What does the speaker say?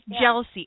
jealousy